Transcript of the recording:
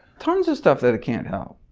tons of stuff that it can't help.